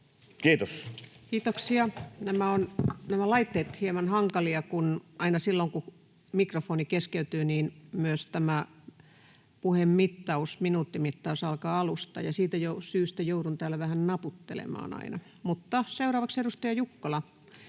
Content: Kiitoksia. — Nämä laitteet ovat hieman hankalia, kun aina silloin, kun mikrofoni sulkeutuu, niin myös tämä puheaikamittaus, minuuttimittaus, alkaa alusta, ja siitä syystä joudun täällä aina vähän naputtelemaan. — Mutta seuraavaksi edustaja Jukkola,